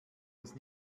uns